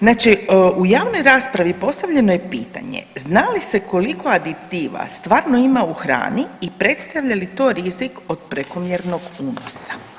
Znači u javnom raspravi postavljeno je pitanje zna li se koliko aditiva stvarno ima u hrani i predstavlja li to rizik od prekomjernog unosa?